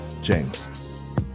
James